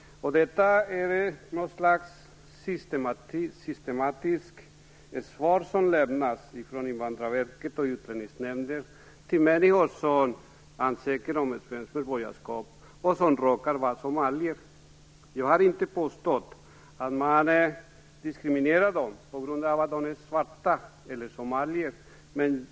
Det går ett slags systematik i svar som lämnas från Invandrarverket och Utlänningsnämnden till människor som ansöker om svenskt medborgarskap och som råkar vara somalier. Jag har inte påstått att man diskriminerar dem på grund av att de är svarta eller därför att de är somalier.